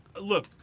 look